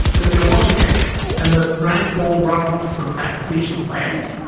that there was a catchment and the rainfall run-off from that piece of land,